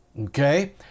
Okay